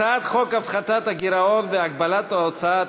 בעד,